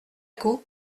coup